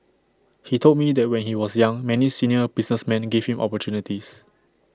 he told me that when he was young many senior businessmen gave him opportunities